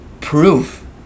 proof